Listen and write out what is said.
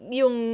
yung